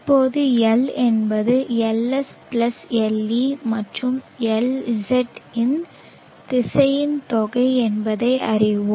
இப்போது L என்பது LSLE மற்றும் LZ இன் திசையன் தொகை என்பதை அறிவோம்